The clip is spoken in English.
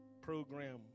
program